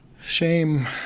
Shame